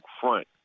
front